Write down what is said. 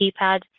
keypad